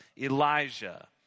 Elijah